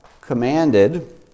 commanded